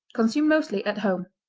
consumed mostly at home.